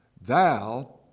Thou